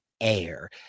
air